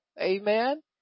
Amen